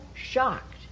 shocked